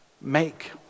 make